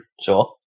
Sure